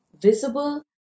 visible